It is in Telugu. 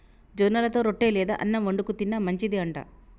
జొన్నలతో రొట్టె లేదా అన్నం వండుకు తిన్న మంచిది అంట